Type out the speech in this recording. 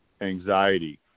anxiety